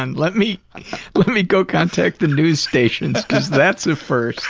and let me let me go contact the news stations, cause that's a first!